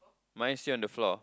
mine is still on the floor